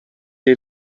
est